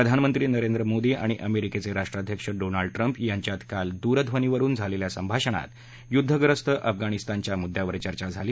प्रधानमंत्री नरेंद्र मोदी आणि अमेरिकेचे राष्ट्राध्यक्ष डोनाल्ड ट्रम्प यांच्यात काल दूरध्वनीवरुन झालेल्या संभाषणात युद्धप्रस्त अफगणिस्तानच्या मुद्यावर चर्चा झाली